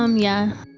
um yeah.